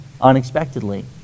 unexpectedly